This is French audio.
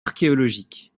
archéologiques